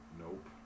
nope